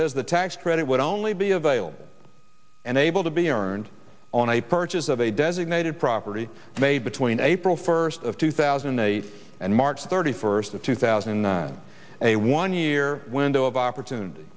is the tax credit would only be available and able to be earned on a purchase of a designated property made between april first of two thousand and eight and march thirty first of two thousand and a one year window of opportunity